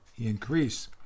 increase